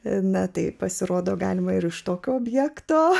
ne taip pasirodo galima ir iš tokio objekto